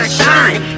shine